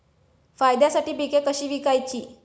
फायद्यासाठी पिके कशी विकायची?